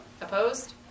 opposed